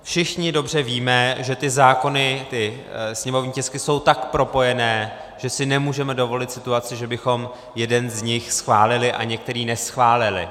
Všichni dobře víme, že ty zákony, sněmovní tisky, jsou tak propojené, že si nemůžeme dovolit situaci, že bychom jeden z nich schválili a některý neschválili.